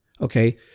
Okay